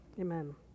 Amen